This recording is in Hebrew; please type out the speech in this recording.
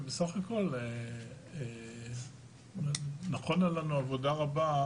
ובסך הכל נכונה לנו עבודה רבה